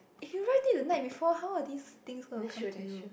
if you write it the night before how are these things going to come to you